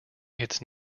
its